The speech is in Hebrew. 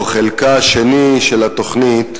או חלקה השני של התוכנית,